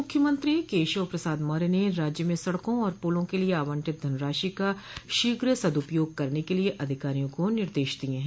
मुख्यमुंत्री केशव प्रसाद मौर्य ने राज्य में सड़कों और पुलों के लिये आवंटित धनराशि का शीघ्र सद्रपयोग करने के अधिकारियों को निर्देश दिये हैं